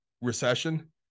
recession